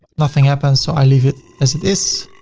nothing happens. so i leave it as it is.